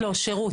לא, שירות.